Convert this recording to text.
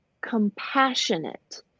compassionate